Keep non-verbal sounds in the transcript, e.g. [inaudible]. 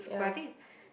yeah [breath]